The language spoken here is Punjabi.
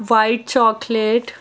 white chocolate